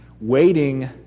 Waiting